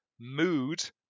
mood